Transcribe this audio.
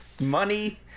money